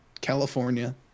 California